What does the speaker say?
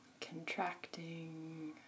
contracting